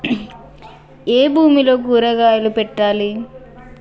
ఏ భూమిలో కూరగాయలు పెట్టాలి?